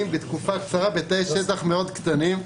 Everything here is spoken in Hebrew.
בתקופה קצרה ובתנאי שטח מאוד קטנים.